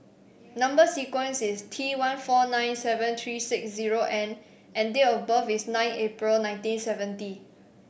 number sequence is T one four nine seven three six zero N and date of birth is nine April nineteen seventy